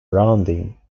rounding